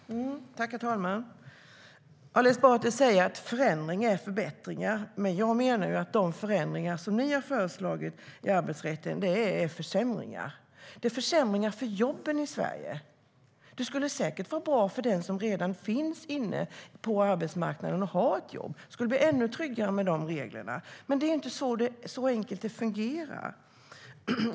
STYLEREF Kantrubrik \* MERGEFORMAT ArbetsrättHerr talman! Ali Esbati säger att förändringar är förbättringar. Men jag menar att de förändringar som ni har föreslagit i arbetsrätten är försämringar. Det är försämringar för jobben i Sverige. De skulle säkert vara bra för dem som redan finns på arbetsmarknaden och har jobb. Det skulle bli ännu tryggare med dessa regler. Men det är inte så enkelt det fungerar.